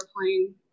airplane